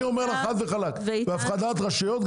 אני אומר לך חד וחלק הפרדת רשויות.